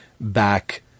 back